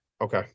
Okay